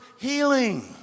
healing